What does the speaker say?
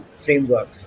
framework